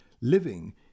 Living